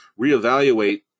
reevaluate